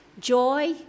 Joy